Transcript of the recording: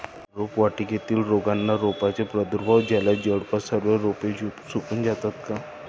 रोपवाटिकेतील रोपांना रोगाचा प्रादुर्भाव झाल्यास जवळपास सर्व रोपे सुकून जातात का?